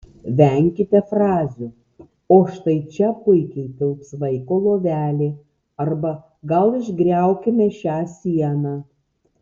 venkite frazių o štai čia puikiai tilps vaiko lovelė arba gal išgriaukime šią sieną